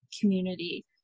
community